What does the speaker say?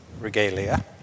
regalia